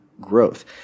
growth